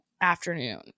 afternoon